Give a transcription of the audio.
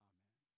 Amen